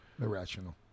irrational